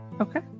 Okay